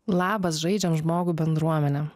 labas žaidžiam žmogų bendruomenėm